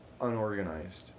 Unorganized